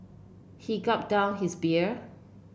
he gulped down his beer